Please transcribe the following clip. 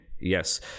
Yes